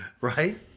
right